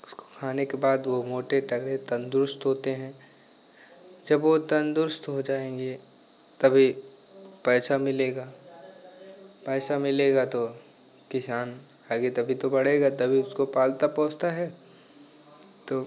उसको खाने के बाद वो मोटे तगड़े तन्दुरुस्त होते हैं जब वह तन्दुरुस्त हो जाएँगे तभी पैसा मिलेगा पैसा मिलेगा तो किसान आगे तभी तो बढ़ेगा तभी तो उसको पालता पोसता है तो